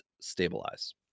stabilize